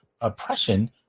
oppression